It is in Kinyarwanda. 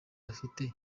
afite